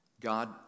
God